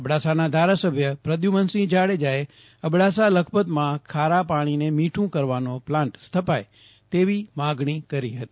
અબડાસાના ધારાસભ્ય પ્રધ્યુમનસિંહ જાડેજાએ અબડાસા લખપતમાં ખારા પાણીને મીઠું કરવાનો પ્લાન્ટ સ્થપાય તેવી માંગણી કરી હતી